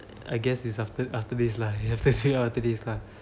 I guess this after after this lah especially after this lah